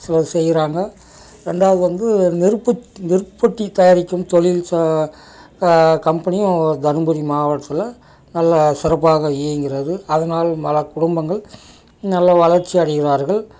சிலர் செய்கிறாங்க ரெண்டாவது வந்து நெருப்புத் நெருப்பு பெட்டி தயாரிக்கும் தொழில் ச கம்பெனியும் தருமபுரி மாவட்டத்தில் நல்லா சிறப்பாக இயங்குகிறது அதனால் பல குடும்பங்கள் நல்லா வளர்ச்சி அடைவார்கள்